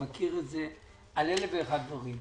אני מכיר את זה על אלף ואחד דברים.